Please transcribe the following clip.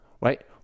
Right